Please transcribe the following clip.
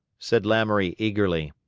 said lamoury, eagerly.